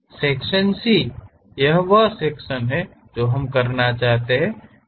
section C यह वह section है जो हम करना चाहते हैं